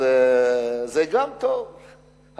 זה גם טוב.